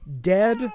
dead